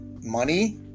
money